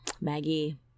maggie